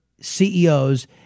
ceos